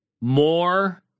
more